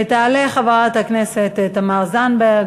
תעלה חברת הכנסת תמר זנדברג.